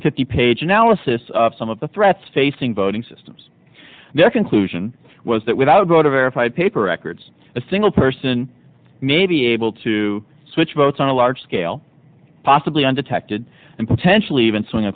hundred fifty page analysis of some of the threats facing voting systems their conclusion was that without a go to verified paper records a single person may be able to switch votes on a large scale possibly undetected and potentially even swing